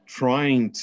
trying